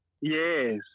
yes